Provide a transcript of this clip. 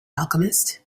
alchemist